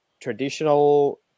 traditional